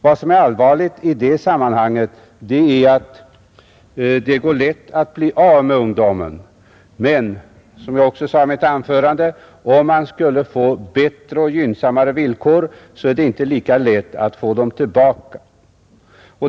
Vad som är särskilt allvarligt i det sammanhanget är att det är lätt att bli av med ungdom men — som jag också sade i anförandet — även om man i framtiden kan skapa gynnsammare villkor än nu är det inte lika lätt att få ungdomen tillbaka.